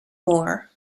more